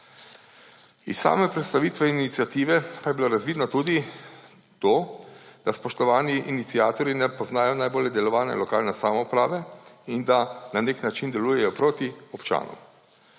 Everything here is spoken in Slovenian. Iz same predstavitve iniciative pa je bilo razvidno tudi to, da spoštovani iniciatorji ne poznajo najbolje delovanja lokalne samouprave in da na nek način delujejo proti občanom.